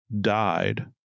died